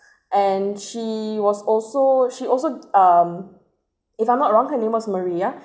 and she was also she also um if I'm not wrong her name was maria